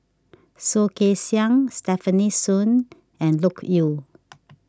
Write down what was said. Soh Kay Siang Stefanie Sun and Loke Yew